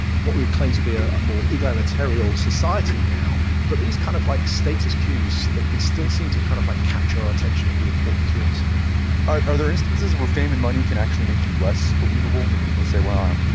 what we claim to be a ah more egalitarian society now, but these kind of like status cues they they still seem to kind of like capture our attention and be important to us are are there instances where fame and money can actually make you less believable? and where people say well, um